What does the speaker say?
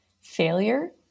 failure